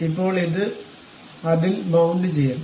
ഇപ്പോൾ ഇത് അതിൽ മൌണ്ട് ചെയ്യണം